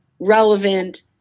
relevant